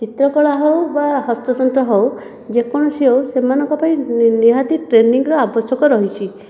ଚିତ୍ରକଳା ହେଉ ବା ହସ୍ତତନ୍ତ୍ର ହେଉ ଯେକୌଣସି ହେଉ ସେମାନଙ୍କ ପାଇଁ ନିହାତି ଟ୍ରେନିଙ୍ଗ ର ଆବଶ୍ୟକ ରହିଛି